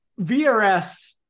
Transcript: VRS